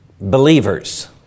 believers